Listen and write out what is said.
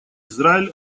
израиль